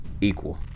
equal